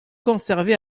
conservée